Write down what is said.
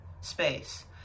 Space